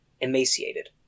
emaciated